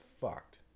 fucked